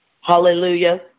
Hallelujah